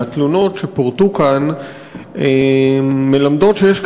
והתלונות שפורטו כאן מלמדות שיש,